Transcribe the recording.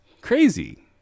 crazy